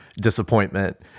disappointment